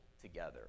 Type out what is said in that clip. together